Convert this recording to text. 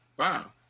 Wow